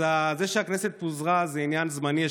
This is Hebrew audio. אז זה שהכנסת פוזרה זה עניין זמני.